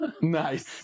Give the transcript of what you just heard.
Nice